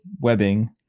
webbing